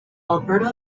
alberta